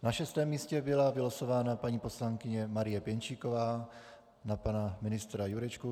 Na šestém místě byla vylosována paní poslankyně Marie Pěnčíková na pana ministra Jurečku.